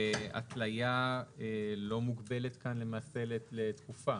והתלייה לא מוגבלת כאן למעשה לתקופה?